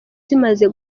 zimaze